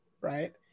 right